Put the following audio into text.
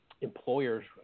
employers